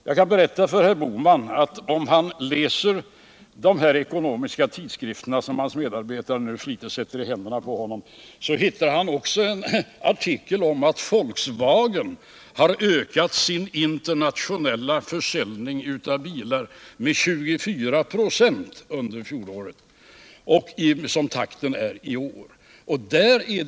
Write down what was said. Jag kan berätta för herr Bohman att om han läser i de ekonomiska tidskrifter som hans medarbetare nu flitigt sätter i händerna på honom, hittar han också en artikel om att Volkswagen har ökat sin internationella försäljning av bilar med 24 ”» under fjolåret, och densamma är tendensen i år.